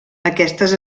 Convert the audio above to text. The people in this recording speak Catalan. aquestes